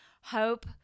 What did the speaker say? hope